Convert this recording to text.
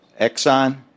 Exxon